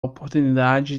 oportunidade